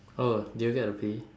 oh did you get to pee